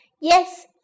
Yes